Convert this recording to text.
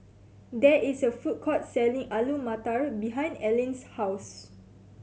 there is a food court selling Alu Matar behind Aylin's house